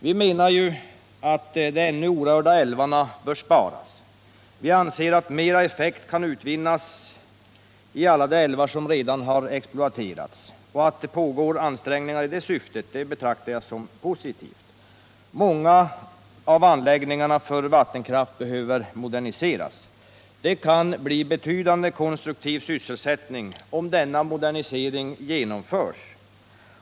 Vi menar ju att de ännu orörda älvarna bör sparas. Vi anser att mera effekt kan utvinnas i alla de älvar som redan har exploaterats. Att det pågår ansträngningar i det syftet betraktar jag som positivt. Många av anläggningarna för vattenkraft behöver moderniseras. Det kan bli en betydande konstruktiv sysselsättning, om denna modernisering genomförs.